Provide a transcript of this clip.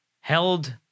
held